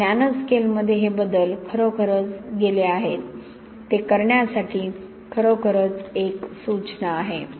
तर नॅनो स्केलमध्ये हे बदल खरोखरच गेले आहेत ते करण्यासाठी खरोखरच एक सुचना आहे